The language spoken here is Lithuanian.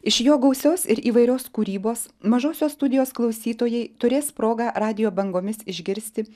iš jo gausios ir įvairios kūrybos mažosios studijos klausytojai turės progą radijo bangomis išgirsti